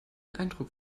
eindruck